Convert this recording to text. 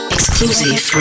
Exclusive